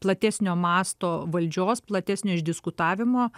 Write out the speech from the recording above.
platesnio masto valdžios platesnio išdiskutavimo